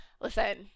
listen